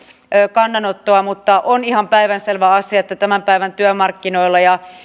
kannanottoa mutta on ihan päivänselvä asia että tämän päivän työmarkkinoilla ja